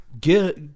get